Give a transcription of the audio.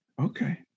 Okay